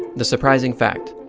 the surprising fact.